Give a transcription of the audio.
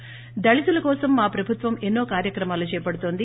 దళితుల కోసం మా ప్రభుత్వం ఎన్నో కార్యక్రమాలు చేపడుతోంది